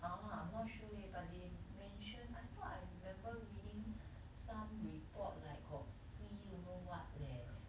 ah I'm not sure leh but they mention I thought I remember reading some report like got free don't know what leh